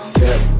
Step